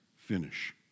finish